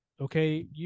Okay